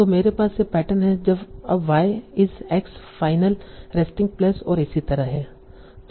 तो मेरे पास यह पैटर्न है अब Y इस X फाइनल रेस्टिंग प्लेस और इसी तरह है